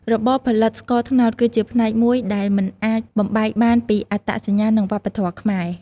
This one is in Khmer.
របរផលិតស្ករត្នោតគឺជាផ្នែកមួយដែលមិនអាចបំបែកបានពីអត្តសញ្ញាណនិងវប្បធម៌ខ្មែរ។